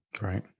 right